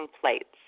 plates